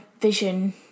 vision